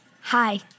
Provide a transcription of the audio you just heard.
Hi